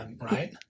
right